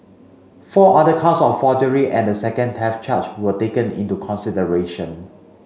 four other counts of forgery and a second theft charge were taken into consideration